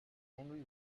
angry